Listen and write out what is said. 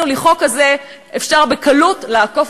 ושר החוץ